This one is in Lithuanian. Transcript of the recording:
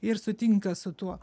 ir sutinka su tuo